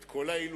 את כל האילוצים,